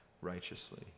righteously